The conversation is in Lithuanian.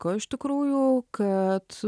ko iš tikrųjų kad